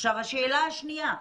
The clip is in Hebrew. עכשיו השאלה השנייה,